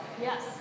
Yes